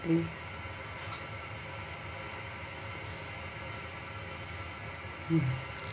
mm